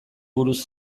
buruz